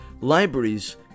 libraries